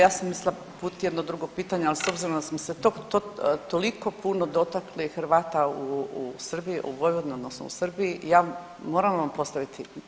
Ja sam mislila uputiti jedno drugo pitanje ali s obzirom da smo se toliko puno dotakli Hrvata u Vojvodini odnosno u Srbiji ja moram vam postaviti.